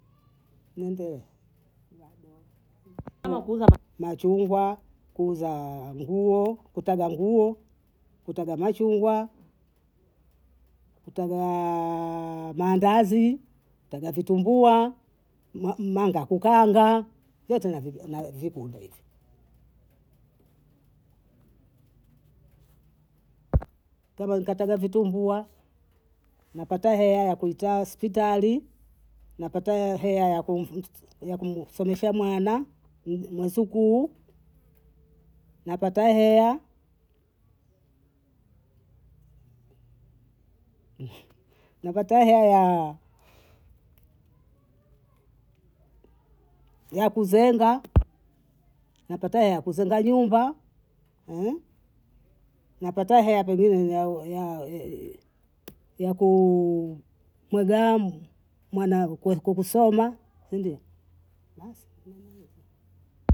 Ninge bado machungwa, kuuza nguo, kutaga nguo, kutaga machungwa, kutaga maandazi, kutaga vitumbua, m- mma- manga kukaanga vyote navijua navipenda hivi. Tena nkataga vitumbua napata hela ya kuitaa spitali, napata hela ya kumss kumsomesha mwana m- musukuu, napata hela napata hela yaa ya kuzenga, napata hela ya kuzenga nyumba, napata hela ya ya kuu mwegamu mwana ku- kusoma si ndio. basi nimemaliza.